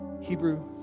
Hebrew